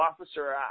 officer